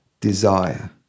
desire